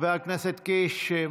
חבר הכנסת קיש,